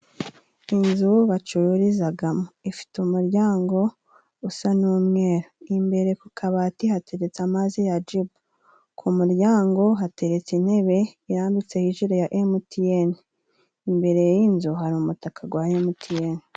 Inzu bacururizagamo ifite umuryango usa n'umweru, imbere ku kabati hateretse amazi ya jibu, ku muryango hateretse intebe irambitseho ijiri ya MTN, imbere y'inzu hari umutaka gwa MTN.